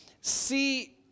see